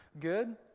good